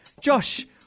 Josh